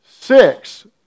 Six